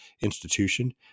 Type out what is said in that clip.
institution